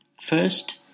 First